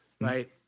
right